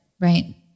Right